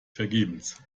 vergebens